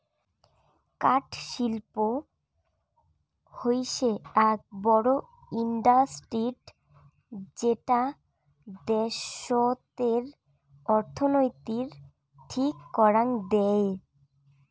কাঠ শিল্প হৈসে আক বড় ইন্ডাস্ট্রি যেটা দ্যাশতের অর্থনীতির ঠিক করাং দেয়